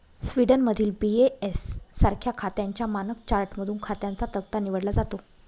स्वीडनमधील बी.ए.एस सारख्या खात्यांच्या मानक चार्टमधून खात्यांचा तक्ता निवडला जातो